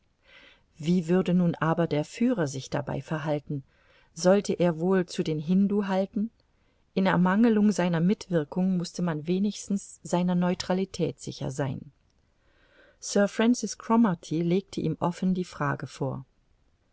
wie würde nun aber der führer sich dabei verhalten sollte er wohl zu den hindu halten in ermangelung seiner mitwirkung mußte man wenigstens seiner neutralität sicher sein sir francis cromarty legte ihm offen die frage vor